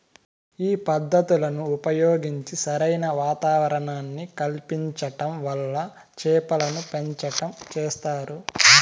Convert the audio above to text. ఈ పద్ధతులను ఉపయోగించి సరైన వాతావరణాన్ని కల్పించటం వల్ల చేపలను పెంచటం చేస్తారు